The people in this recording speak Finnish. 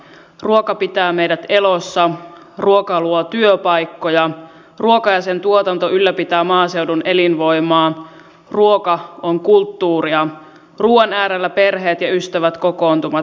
ruoka pitää meidät elossa ruoka luo työpaikkoja ruoka ja sen tuotanto ylläpitää maaseudun elinvoimaa ruoka on kulttuuria ruuan äärellä perheet ja ystävät kokoontuvat